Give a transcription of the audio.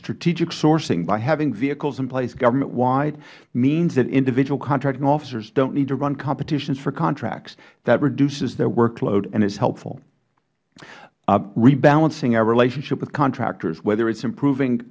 strategic sourcing by having vehicles in place government wide means that individual contracting officers dont need to run competitions for contracts that reduces their workload and is helpful rebalancing our relationship with contractors whether it is improving